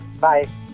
Bye